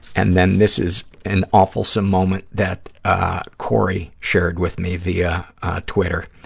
and then this is an awfulsome moment that corey shared with me via twitter.